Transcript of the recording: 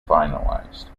finalized